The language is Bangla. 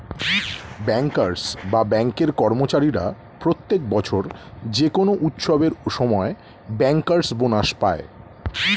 ব্যাংকার্স বা ব্যাঙ্কের কর্মচারীরা প্রত্যেক বছর যে কোনো উৎসবের সময় ব্যাংকার্স বোনাস পায়